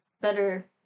better